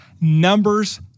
Numbers